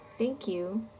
thank you